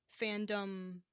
fandom